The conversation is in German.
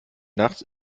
nachts